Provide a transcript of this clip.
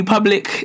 Public